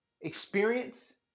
experience